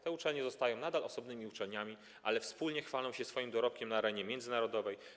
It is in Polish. Te uczelnie nadal zostają osobnymi uczelniami, ale wspólnie chwalą się swoim dorobkiem na arenie międzynarodowej.